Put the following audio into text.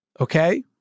Okay